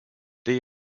they